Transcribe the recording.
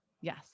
Yes